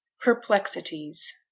Perplexities